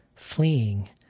Fleeing